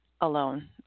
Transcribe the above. alone